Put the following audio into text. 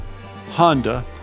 Honda